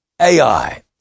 Ai